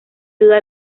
duda